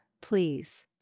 please